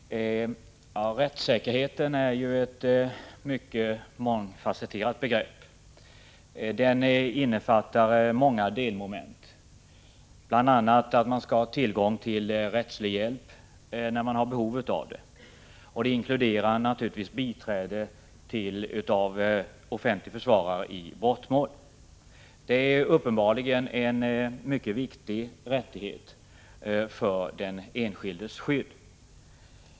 Fru talman! Rättssäkerheten är ett mycket mångfasetterat begrepp. Den innefattar flera delmoment, bl.a. att man skall ha tillgång till rättslig hjälp när man har behov av det. Det inkluderar naturligtvis biträde av offentlig försvarare i brottmål. Det är uppenbarligen en mycket viktig rättighet för den enskildes skydd.